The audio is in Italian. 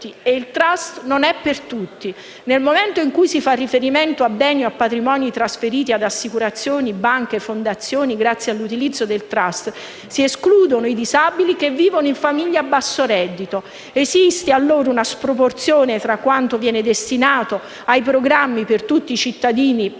E il *trust* non è per tutti. Nel momento in cui si fa riferimento a beni o a patrimoni trasferiti ad assicurazioni, banche o fondazioni grazie all'utilizzo del *trust*, si escludono i disabili che vivono in famiglie a basso reddito. Esiste allora una sproporzione tra quanto viene destinato ai programmi per tutti i cittadini disabili